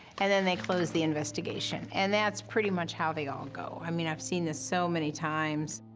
and then they closed the investigation. and that's pretty much how they all go. i mean i've seen this so many times.